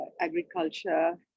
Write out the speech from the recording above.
agriculture